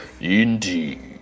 Indeed